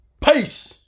Peace